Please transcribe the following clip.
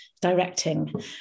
directing